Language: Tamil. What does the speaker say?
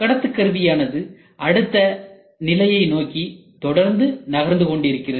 கடத்துக்கருவியானது அடுத்த நிலையை நோக்கி தொடர்ந்து நகர்ந்துகொண்டிருக்கிறது